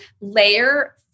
layer